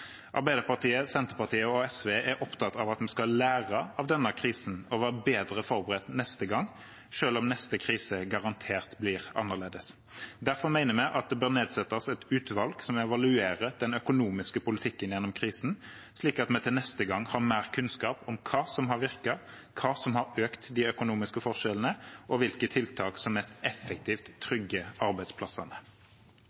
Arbeiderpartiet, Senterpartiet og SV er opptatt av at vi skal lære av denne krisen og være bedre forberedt neste gang, selv om neste krise garantert blir annerledes. Derfor mener vi det bør nedsettes et utvalg som evaluerer den økonomiske politikken gjennom krisen, slik at vi til neste gang har mer kunnskap om hva som har virket, hva som har økt de økonomiske forskjellene, og hvilke tiltak som mest effektivt